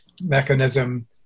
mechanism